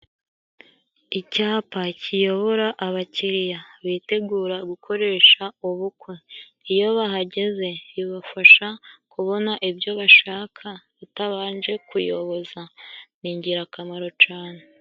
Icyapa kiyobora abakiriya bitegura gukoresha ubukwe, iyo bahageze bibafasha kubona ibyo bashaka utabanje kuyoboza, ni ingirakamaro cane.